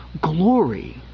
glory